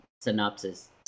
Synopsis